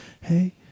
hey